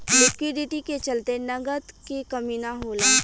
liquidity के चलते नगद के कमी ना होला